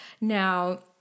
Now